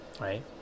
right